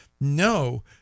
No